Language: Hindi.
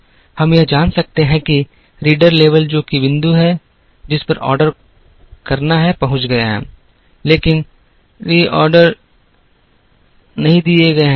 हम यह जान सकते हैं कि रिडर लेवल जो कि बिंदु है जिस पर ऑर्डर करना है पहुँच गया है लेकिन ऑर्डर नहीं दिए गए हैं